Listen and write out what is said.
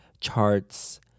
charts